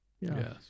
Yes